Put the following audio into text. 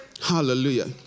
Hallelujah